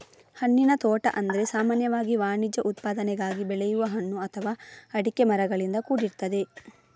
ಹಣ್ಣಿನ ತೋಟ ಅಂದ್ರೆ ಸಾಮಾನ್ಯವಾಗಿ ವಾಣಿಜ್ಯ ಉತ್ಪಾದನೆಗಾಗಿ ಬೆಳೆಯುವ ಹಣ್ಣು ಅಥವಾ ಅಡಿಕೆ ಮರಗಳಿಂದ ಕೂಡಿರ್ತದೆ